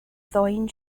ddwyn